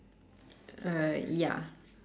uh ya